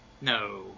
No